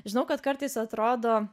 žinau kad kartais atrodo